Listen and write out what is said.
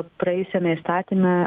praėjusiame įstatyme